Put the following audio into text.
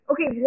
Okay